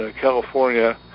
California